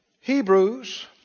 Hebrews